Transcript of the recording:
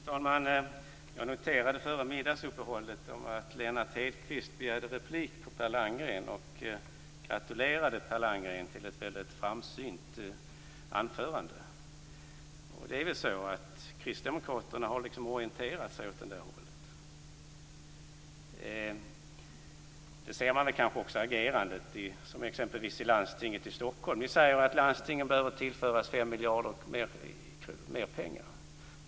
Fru talman! Jag noterade före middagsuppehållet att Lennart Hedquist begärde replik på Per Landgren och att han gratulerade Per Landgren till ett framsynt anförande. Det är väl så att kristdemokraterna har orienterat sig åt det hållet. Det ser man också på agerandet t.ex. i landstinget i Stockholm. Ni säger att landstingen behöver tillföras ytterligare 5 miljarder.